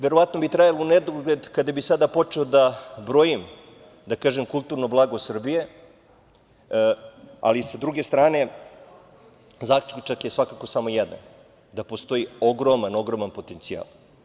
Verovatno bi trajalo u nedogled, kada bi sada počeo da brojim kulturno blago Srbije, ali sa druge strane zaključak je svakako samo jedan, da postoji ogroman potencijal.